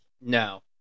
No